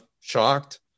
shocked